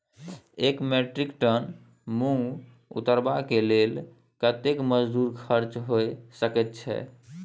एक metric ton मूंग उतरबा के लेल कतेक मजदूरी खर्च होय सकेत छै?